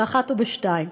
ב-13:00 או ב-14:00.